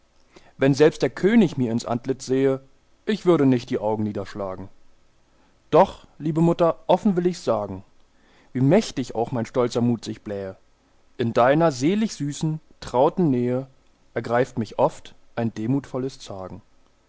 wenn selbst der könig mir ins antlitz sähe ich würde nicht die augen niederschlagen doch liebe mutter offen will ich's sagen wie mächtig auch mein stolzer mut sich blähe in deiner selig süßen trauten nähe ergreift mich oft ein demutvolles zagen